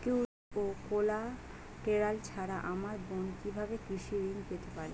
Security ও collateral ছাড়া আমার বোন কিভাবে কৃষি ঋন পেতে পারে?